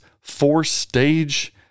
four-stage